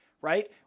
right